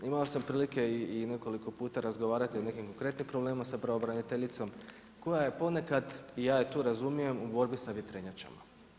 Imao sam prilike i nekoliko puta razgovarati o nekim konkretnim problemima sa pravobraniteljicom koja je ponekad i ja je tu razumijem u borbi sa vjetrenjačama.